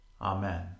Amen